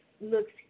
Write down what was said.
looks